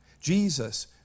Jesus